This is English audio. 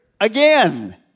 again